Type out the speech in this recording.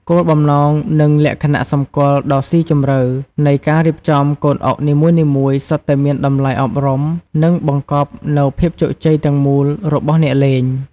គោលបំណង និងលក្ខណៈសម្គាល់ដ៏ស៊ីជម្រៅ នៃការរៀបចំកូនអុកនីមួយៗសុទ្ធតែមានតម្លៃអប់រំនិងបង្កប់នូវភាពជោគជ័យទាំងមូលរបស់អ្នកលេង។